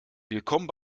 willkommen